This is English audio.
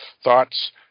thoughts